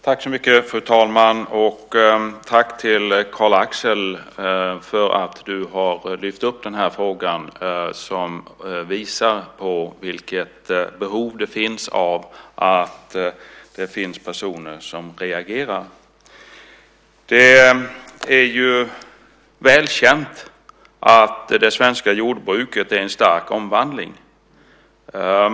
Fru talman! Tack till Carl-Axel Roslund för att du har lyft fram denna fråga som visar på vilket behov det finns av personer som reagerar. Det är välkänt att det svenska jordbruket är i en stark omvandling.